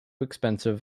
expensive